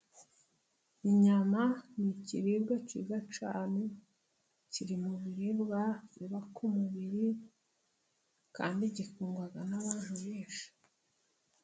Inyama ni ikiribwa cyiza cyane kiri mu biribwa byubaka umubiri kandi gikundwa n'abantu benshi.